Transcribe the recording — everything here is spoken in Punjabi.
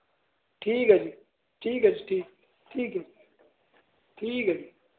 ਠੀਕ ਹੈ ਜੀ ਠੀਕ ਹੈ ਜੀ ਠੀਕ ਹੈ ਠੀਕ ਹੈ ਜੀ